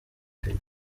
brig